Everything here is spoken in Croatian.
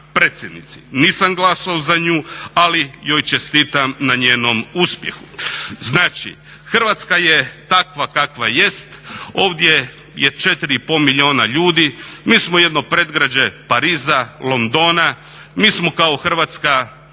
predsjednici. Nisam glasovao za nju, ali joj čestitam na njenom uspjehu. Znači, Hrvatska je takva kakva jest. Ovdje je četiri i pol milijuna ljudi. Mi smo jedno predgrađe Pariza, Londona. Mi smo kao Hrvatska